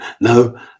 no